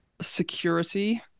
security